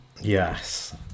Yes